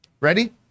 Ready